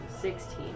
sixteen